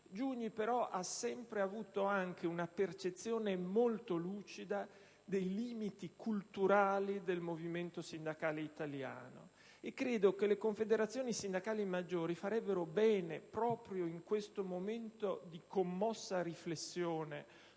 Giugni però ha sempre avuto anche una percezione molto lucida dei limiti culturali del movimento sindacale italiano. Credo che le Confederazioni sindacali maggiori farebbero bene, proprio in questo momento di commossa riflessione